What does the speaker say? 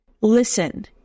Listen